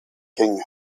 king